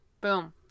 Boom